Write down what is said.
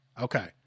Okay